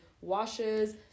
washes